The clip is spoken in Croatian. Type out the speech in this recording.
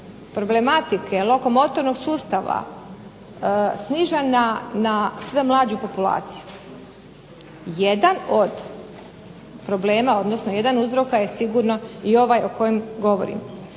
problematike lokomotornog sustava snižena na sve mlađu populaciju. Jedan od uzroka je sigurno ovaj o kojem govorim.